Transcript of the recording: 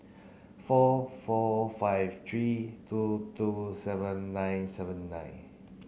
four four five three two two seven nine seven nine